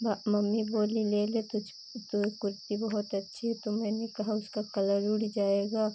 ब मम्मी बोली ले ले तुझ तुहे कुर्ती बहुत अच्छी है मैंने कहा उसका कलर उड़ जाएगा